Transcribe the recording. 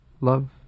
Love